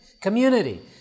community